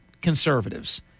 conservatives